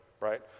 right